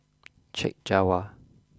Chek Jawa